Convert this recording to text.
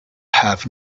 have